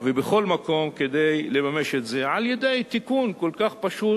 בכל מקום לממש את זה, על-ידי תיקון כל כך פשוט.